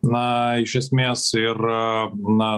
na iš esmės ir na